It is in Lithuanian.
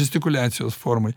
gestikuliacijos formoj